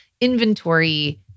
inventory